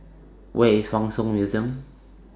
Where IS Hua Song Museum